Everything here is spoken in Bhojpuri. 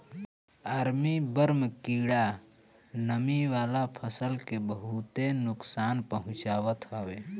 आर्मी बर्म कीड़ा नमी वाला फसल के बहुते नुकसान पहुंचावत हवे